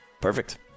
Perfect